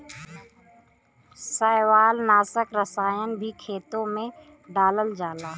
शैवालनाशक रसायन भी खेते में डालल जाला